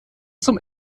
zum